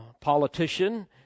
politician